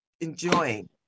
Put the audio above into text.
enjoying